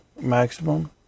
maximum